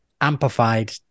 amplified